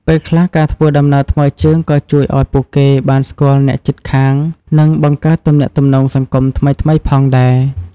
ពេលខ្លះ ការធ្វើដំណើរថ្មើរជើងក៏ជួយឱ្យពួកគេបានស្គាល់អ្នកជិតខាងនិងបង្កើតទំនាក់ទំនងសង្គមថ្មីៗផងដែរ។